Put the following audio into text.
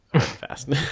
fast